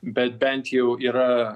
bet bent jau yra